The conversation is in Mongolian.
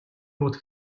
уут